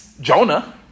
Jonah